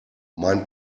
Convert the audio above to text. mein